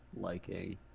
liking